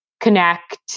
connect